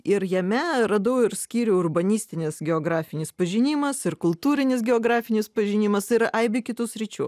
ir jame radau ir skyrių urbanistinis geografinis pažinimas ir kultūrinis geografinis pažinimas ir aibė kitų sričių